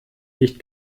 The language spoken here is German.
nicht